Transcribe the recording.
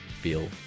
feel